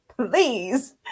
Please